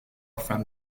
from